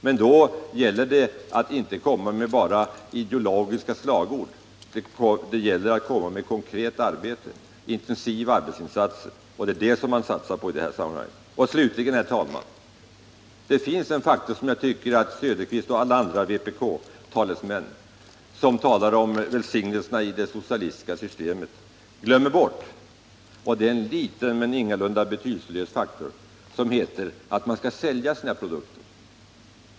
Men då gäller det att inte bara komma med ideologiska slagord, utan det gäller att göra konkreta, intensiva arbetsinsatser. Det är detta man satsar på i det här sammanhanget. Slutligen, herr talman! Det finns en faktor som jag tycker att Oswald Söderqvist och alla andra vpk-are som talar om välsignelserna i det socialistiska systemet glömmer bort. Det är en liten men ingalunda betydelselös faktor, nämligen att man måste sälja sina produkter.